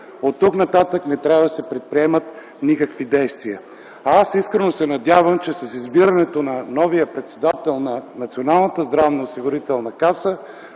оттук нататък не трябва да се предприемат никакви действия! Искрено се надявам, че с избирането на новия председател на Националната здравноосигурителна каса